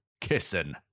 kissing